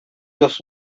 los